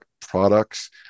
products